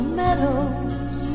meadows